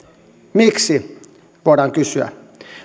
miksi voidaan kysyä